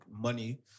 money